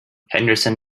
henderson